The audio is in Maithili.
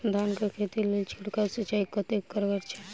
धान कऽ खेती लेल छिड़काव सिंचाई कतेक कारगर छै?